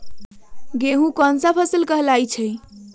गेहूँ कोन सा फसल कहलाई छई?